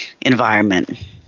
environment